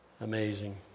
Amazing